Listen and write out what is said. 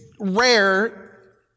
rare